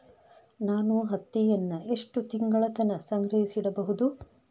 ನಾನು ಹತ್ತಿಯನ್ನ ಎಷ್ಟು ತಿಂಗಳತನ ಸಂಗ್ರಹಿಸಿಡಬಹುದು?